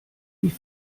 die